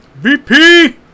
vp